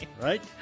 Right